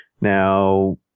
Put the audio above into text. Now